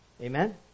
Amen